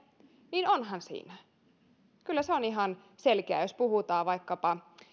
niin onhan siinä kyllä se on ihan selkeää jos puhutaan vaikkapa